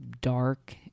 dark